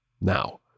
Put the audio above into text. Now